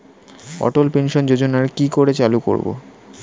অটল pension যোজনার কি করে চালু করব?